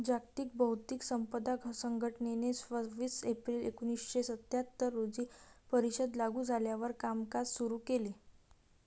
जागतिक बौद्धिक संपदा संघटनेने सव्वीस एप्रिल एकोणीसशे सत्याहत्तर रोजी परिषद लागू झाल्यावर कामकाज सुरू केले